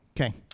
Okay